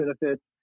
benefits